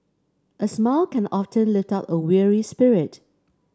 a smile can often lift up a weary spirit